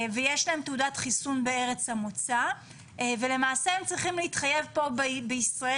יש לה תעודת חיסון מארץ המוצא והם צריכים להתחייב בישראל